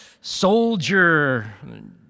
soldier